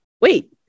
Wait